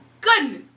Goodness